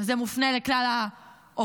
וזה מופנה לכלל האופוזיציה,